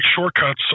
shortcuts